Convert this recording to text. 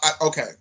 okay